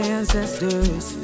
ancestors